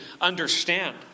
understand